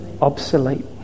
Obsolete